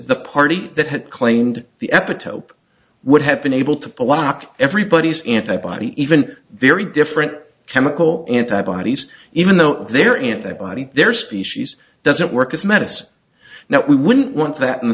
the party that had claimed the epitope would have been able to block everybody's antibody even very different chemical anti bodies even though they're at their body their species doesn't work as medicine now we wouldn't want that in